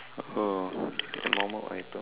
uh normal item